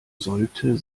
sollte